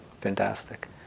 fantastic